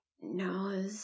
No